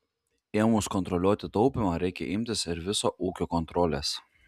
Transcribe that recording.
ėmus kontroliuoti taupymą reikia imtis ir viso ūkio kontrolės